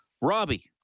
Robbie